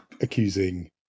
accusing